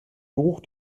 geruch